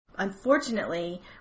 Unfortunately